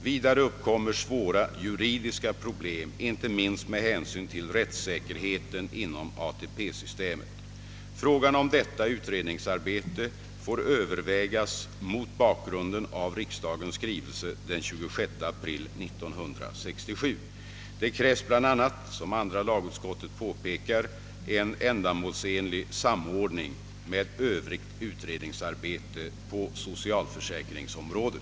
Vidare uppkommer svåra juridiska problem inte minst med hänsyn till rättssäkerheten inom ATP-systemet. Frågan om detta utredningsarbete får övervägas mot bakgrunden av riksdagens skrivelse den 26 april 1967. Det krävs bl.a., som andra lagutskottet påpekar, en ändamålsenlig samordning med övrigt utredningsarbete på socialförsäkringsområdet.